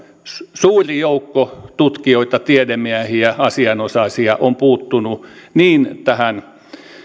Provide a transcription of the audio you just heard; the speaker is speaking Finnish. suuri joukko tutkijoita tiedemiehiä asianosaisia on puuttunut niin tähän